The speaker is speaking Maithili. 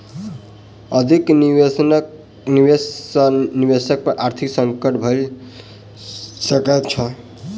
अधिक निवेश सॅ निवेशक पर आर्थिक संकट भ सकैत छै